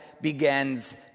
begins